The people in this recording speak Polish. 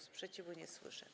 Sprzeciwu nie słyszę.